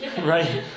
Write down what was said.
Right